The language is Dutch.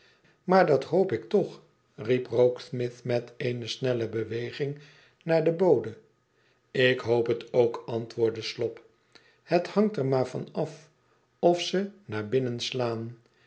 maar dat hoop ik toch riep rokesmith met eene snelle beweging naar den bode ik hoop het ook antwoordde slop het hangt er maar van af of ze naar binnen slaan